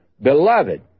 beloved